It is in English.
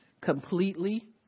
completely